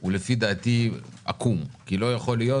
הוא לפי דעתי עקום כי לא יכול להיות